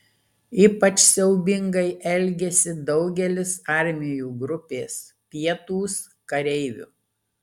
ypač siaubingai elgėsi daugelis armijų grupės pietūs kareivių